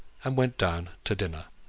and went down to dinner.